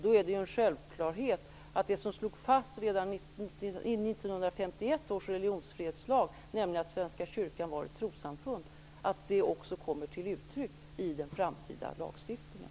Då är det en självklarhet att det som slogs fast redan i 1951 års religionsfrihetslag, nämligen att Svenska kyrkan var ett trossamfund, också kommer till uttryck i den framtida lagstiftningen.